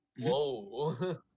Whoa